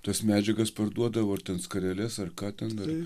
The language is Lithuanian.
tas medžiagas parduodavo ar ten skareles ar ką ten